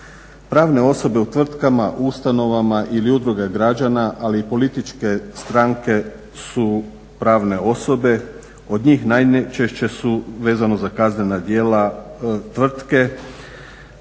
Pravne osobe u tvrtkama, u ustanovama ili udruge građana ali i političke stranke su pravne osobe. Od njih najčešće su vezano za kaznena djela tvrtke